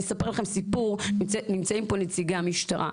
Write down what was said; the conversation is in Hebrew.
אני אספר לכם סיפור, ונמצאים פה נציגי המשטרה.